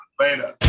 Later